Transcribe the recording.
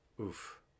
oof